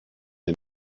him